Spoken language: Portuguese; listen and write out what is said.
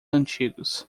antigos